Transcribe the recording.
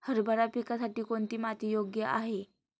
हरभरा पिकासाठी कोणती माती योग्य आहे?